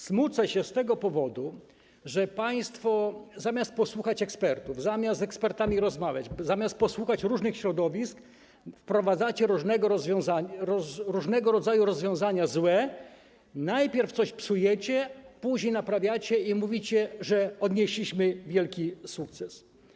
Smucę się z tego powodu, że państwo, zamiast posłuchać ekspertów, zamiast z ekspertami rozmawiać, zamiast posłuchać różnych środowisk, wprowadzacie różnego rodzaju złe rozwiązania, najpierw coś psujecie, później naprawiacie i mówicie, że odnieśliśmy wielki sukces.